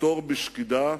לחתור בשקידה,